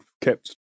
kept